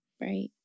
Right